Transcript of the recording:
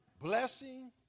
Blessing